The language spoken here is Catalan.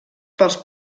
pels